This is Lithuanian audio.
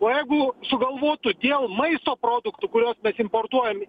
o jeigu sugalvotų dėl maisto produktų kuriuos mes importuojam